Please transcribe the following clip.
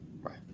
Right